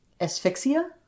asphyxia